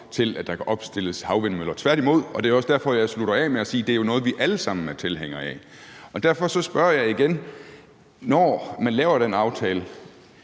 til, at der kan opstilles havvindmøller. Tværtimod. Det er også derfor, jeg slutter af med at sige, at det jo er noget, vi alle sammen er tilhængere af. Og derfor spørger jeg igen: Når man laver den aftale